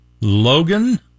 Logan